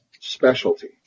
specialty